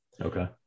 Okay